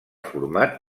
format